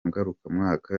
ngarukamwaka